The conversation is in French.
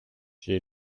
j’ai